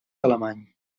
alemany